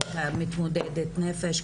הייתה מתמודדת נפש,